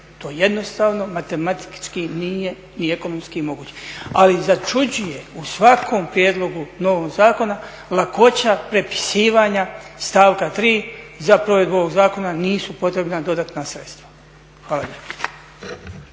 To jednostavno matematički i ekonomski nije moguće. Ali začuđuje u svakom prijedlogu novog zakona lakoća prepisivanja iz stavka 3.za provedbu ovog zakona nisu potrebna dodatna sredstava. Hvala lijepa.